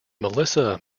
melissa